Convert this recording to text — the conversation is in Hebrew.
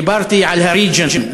דיברתי על ה-region,